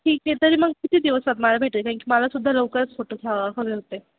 ठीक आहे तरी मग किती दिवसात मला भेटेल कारण की मला सुद्धा लवकरच फोटो हवा हवे होते